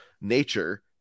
nature